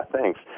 thanks